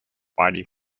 party